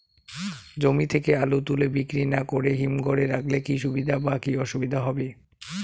জমি থেকে আলু তুলে বিক্রি না করে হিমঘরে রাখলে কী সুবিধা বা কী অসুবিধা হবে?